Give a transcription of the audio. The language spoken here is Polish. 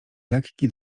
lekki